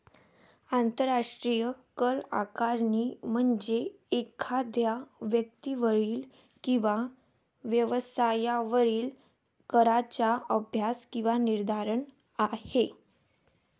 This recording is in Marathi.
आंतरराष्ट्रीय करआकारणी म्हणजे एखाद्या व्यक्तीवरील किंवा व्यवसायावरील कराचा अभ्यास किंवा निर्धारण आहे